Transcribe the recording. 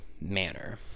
manner